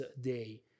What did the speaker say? day